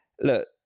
Look